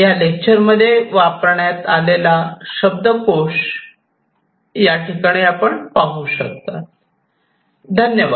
धन्यवाद